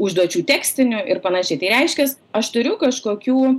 užduočių tekstinių ir panašiai tai reiškias aš turiu kažkokių